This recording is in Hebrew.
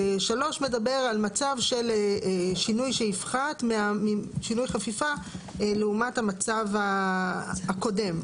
ו-(3) מדבר על מצב של שינוי חפיפה לעומת המצב הקודם,